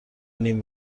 نیم